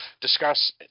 discuss